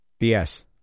BS